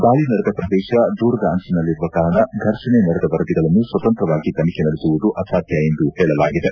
ದಾಳಿ ನಡೆದ ಪ್ರದೇಶ ದೂರದ ಅಂಚಿನಲ್ಲಿರುವ ಕಾರಣ ಫರ್ಷಣೆ ನಡೆದ ವರದಿಗಳನ್ನು ಸ್ವತಂತ್ರ್ಯವಾಗಿ ತನಿಖೆ ನಡೆಸುವುದು ಅಸಾಧ್ಯ ಎಂದು ಹೇಳಲಾಗಿದೆ